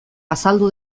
azaldu